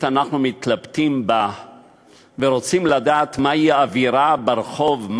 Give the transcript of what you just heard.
מתלבטים בה ורוצים לדעת מה האווירה ברחוב,